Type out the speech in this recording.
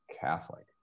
Catholic